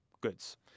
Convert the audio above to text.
goods